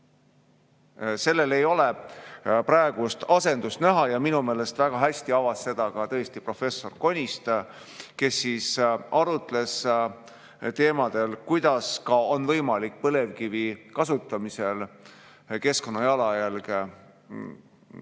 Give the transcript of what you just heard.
Sellele ei ole praegust asendust näha. Minu meelest väga hästi avas seda tõesti ka professor Konist, kes arutles teemadel, kuidas on võimalik põlevkivi kasutamisel keskkonnajalajälge